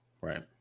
Right